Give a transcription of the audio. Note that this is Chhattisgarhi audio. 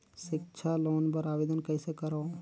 सिक्छा लोन बर आवेदन कइसे करव?